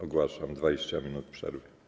Ogłaszam 20 minut przerwy.